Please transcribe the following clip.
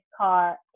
car